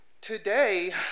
Today